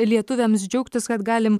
lietuviams džiaugtis kad galim